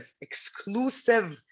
exclusive